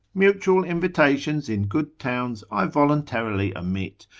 mutual invitations in good towns, i voluntarily omit,